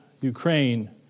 Ukraine